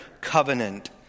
covenant